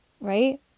Right